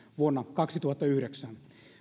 vuonna kaksituhattayhdeksän